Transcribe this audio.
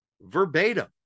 verbatim